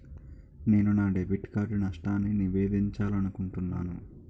నేను నా debit card నష్టాన్ని నివేదించాలనుకుంటున్నాను